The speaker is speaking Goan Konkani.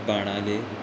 बाणावले